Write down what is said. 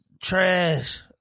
Trash